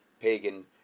pagan